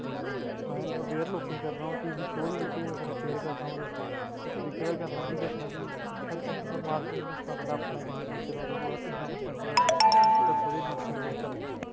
हून असें अवेयर लोकें ई करना हून टीवी शो दे बिच गै अगर अवेयर करना होऐ ते इस तरीके दा करना कि दस्सना कि हर चीज़ दा मारजन बी दस्सना पैह्लें आपनै किन्नी बच्चत ऐ ओह्दै कोला इन्ने परसैंट ओह्दे इन्ने परसैंट तुस रक्खो ते इन्ने परसैंट तुस करो